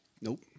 nope